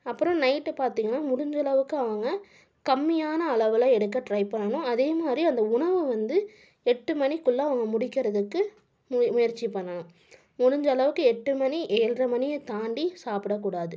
அப்புறம் நைட்டு பார்த்தீங்கன்னா முடிஞ்ச அளவுக்கு அவங்க கம்மியான அளவில் எடுக்க ட்ரை பண்ணணும் அதேமாதிரி அந்த உணவு வந்து எட்டு மணிக்குள்ளே அவங்க முடிக்கிறதுக்கு முயற்சி பண்ணணும் முடிஞ்ச அளவுக்கு எட்டு மணி ஏழ்ரை மணியை தாண்டி சாப்பிடக்கூடாது